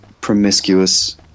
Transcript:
promiscuous